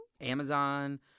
Amazon